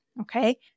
Okay